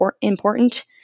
important